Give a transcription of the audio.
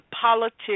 Politics